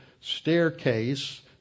staircase